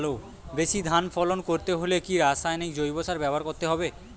বেশি ধান ফলন করতে হলে কি রাসায়নিক জৈব সার ব্যবহার করতে হবে?